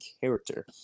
character